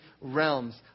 realms